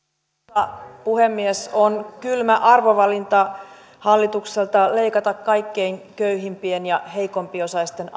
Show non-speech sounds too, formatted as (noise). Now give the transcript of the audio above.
arvoisa puhemies on kylmä arvovalinta hallitukselta leikata kaikkein köyhimpien ja heikko osaisempien (unintelligible)